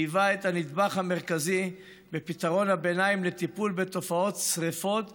שהיווה את הנדבך המרכזי בפתרון הביניים לטיפול בתופעת שרפת פסולת,